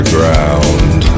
ground